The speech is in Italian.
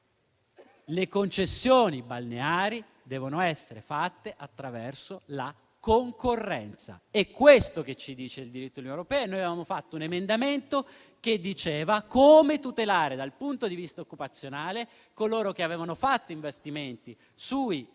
Le concessioni balneari devono essere assegnate attraverso la concorrenza. È questo che ci dice il diritto europeo e noi avevamo presentato un emendamento che indicava come tutelare, dal punto di vista occupazionale, coloro che avevano fatto investimenti sulle